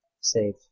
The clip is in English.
save